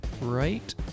Right